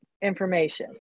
information